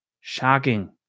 Shocking